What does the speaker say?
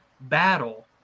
battle